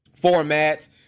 formats